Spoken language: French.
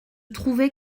trouvais